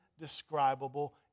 indescribable